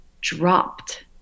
dropped